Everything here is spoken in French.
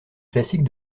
classique